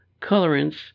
colorants